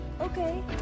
Okay